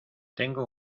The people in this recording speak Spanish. tengo